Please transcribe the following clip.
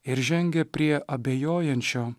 ir žengia prie abejojančio